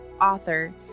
author